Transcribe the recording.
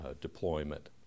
deployment